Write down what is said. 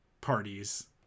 parties